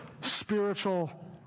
Spiritual